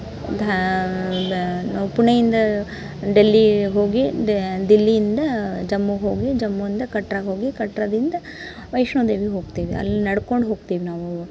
ಧಾ ದಾ ನಾವು ಪುಣೆಯಿಂದ ಡೆಲ್ಲಿಗೆ ಹೋಗಿ ದಾ ದಿಲ್ಲಿಯಿಂದ ಜಮ್ಮುಗೆ ಹೋಗಿ ಜಮ್ಮುಯಿಂದ ಕಟ್ರಾಗೆ ಹೋಗಿ ಕಟ್ರಾದಿಂದ ವೈಷ್ಣೋದೇವಿಗೆ ಹೋಗ್ತೀವಿ ಅಲ್ಲಿ ನಡ್ಕೊಂಡು ಹೋಗ್ತೀವಿ ನಾವು